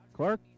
Clark